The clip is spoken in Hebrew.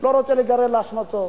לא רוצה להיגרר להשמצות.